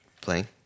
playing